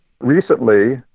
Recently